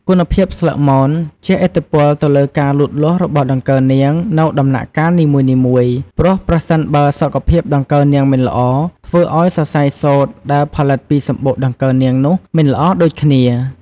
គុណភាពស្លឹកមន ជះឥទ្ធិពលទៅលើការលូតលាស់របស់ដង្កូវនាង នៅដំណាក់កាលនីមួយៗ ព្រោះប្រសិនបើសុខភាពដង្កូវនាងមិនល្អ ធ្វើឱ្យសរសៃសូត្រដែលផលិតពីសំបុកដង្កូវនាងនោះមិនល្អដូចគ្នា។